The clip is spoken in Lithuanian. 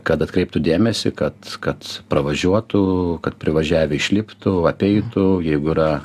kad atkreiptų dėmesį kad kad pravažiuotų kad privažiavę išliptų apeitų jeigu yra